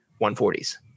140s